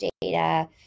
data